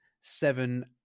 seven